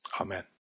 Amen